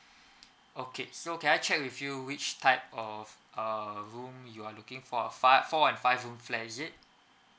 okay so can I check with you which type of uh room you are looking for a fi~ four and five room flat is it